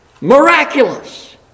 miraculous